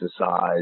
exercise